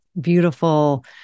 beautiful